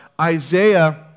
Isaiah